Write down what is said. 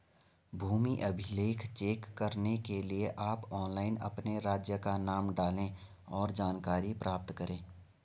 भूमि अभिलेख चेक करने के लिए आप ऑनलाइन अपने राज्य का नाम डालें, और जानकारी प्राप्त करे